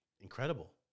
incredible